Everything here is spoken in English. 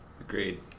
Agreed